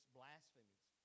blasphemies